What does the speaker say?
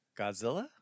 Godzilla